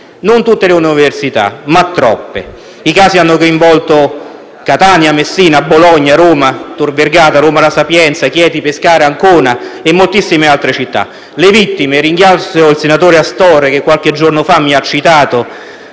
non tutte le università, ma troppe. I casi hanno coinvolto Catania, Messina, Bologna, Roma Tor Vergata, Roma La Sapienza, Chieti-Pescara, Ancona e moltissime altre città. Quanto alle vittime, ringrazio il senatore Astorre per avermi citato